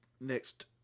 next